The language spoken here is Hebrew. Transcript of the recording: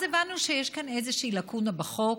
אז הבנו שיש כאן איזושהי לקונה בחוק,